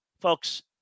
folks